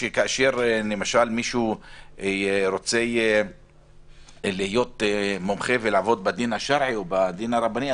שכאשר מישהו רוצה להיות מומחה ולעבוד בדין השרעי או בדין הרבני,